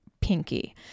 Pinky